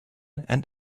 and